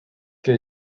que